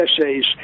essays